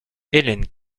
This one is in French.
hélène